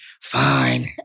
fine